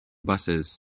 busses